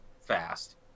fast